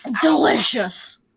Delicious